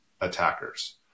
attackers